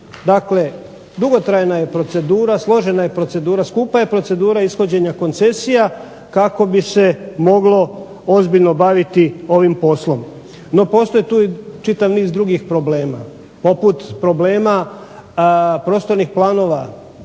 Dakle dugotrajna je procedura, složena je procedura, skupa je procedura ishođenja koncesija kako bi se moglo ozbiljno baviti ovim poslom. No postoji tu i čitav niz drugih problema poput problema prostornih planova